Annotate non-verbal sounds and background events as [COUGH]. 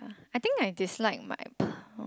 I think I dislike my p~ [NOISE]